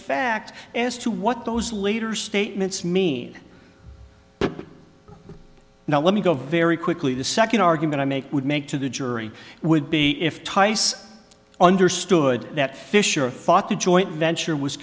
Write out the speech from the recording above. fact as to what those later statements mean now let me go very quickly the second argument i make would make to the jury would be if tice understood that fisher thought the joint venture was